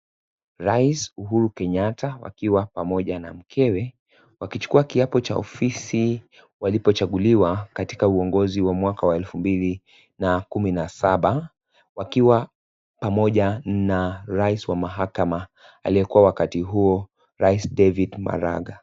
Rais Uhuru Kenyatta wakiwa pamoja na mkewe, wakichukua kiapo cha ofisi walipochaguliwa katika uongozi wa mwaka wa elfu mbili na kumi na saba, wakiwa, pamoja na rais wa mahakama aliyekua wakati huo rais David Maraga.